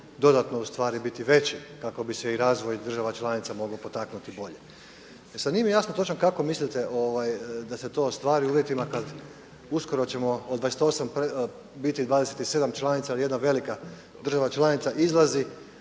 dodatno ustvari biti veći kako bi se i razvoj država članica mogao potaknuti bolje. E sada nije mi jasno točno kako mislite da se to ostvari u uvjetima kada uskoro ćemo od 28, u biti 27 članica jer jedna velika država članica izlazi.